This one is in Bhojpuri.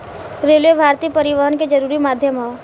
रेलवे भारतीय परिवहन के जरुरी माध्यम ह